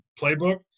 playbook